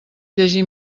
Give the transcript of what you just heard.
llegir